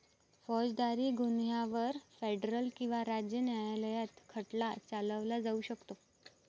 फौजदारी गुन्ह्यांवर फेडरल किंवा राज्य न्यायालयात खटला चालवला जाऊ शकतो